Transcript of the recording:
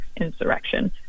insurrection